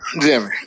Jimmy